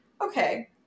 okay